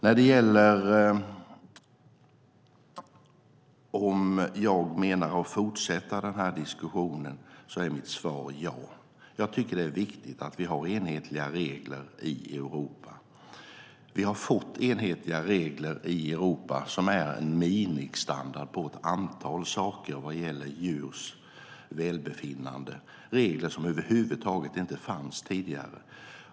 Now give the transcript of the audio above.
När det gäller om jag menar att fortsätta den här diskussionen är mitt svar ja. Jag tycker att det är viktigt att vi har enhetliga regler i Europa. Vi har fått enhetliga regler i Europa som är en minimistandard för ett antal saker vad gäller djurs välbefinnande. Det är regler som över huvud taget inte fanns tidigare.